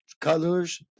colors